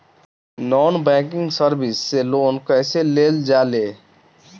Non banking service से loan कैसे लेल जा ले?